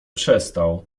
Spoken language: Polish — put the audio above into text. przestał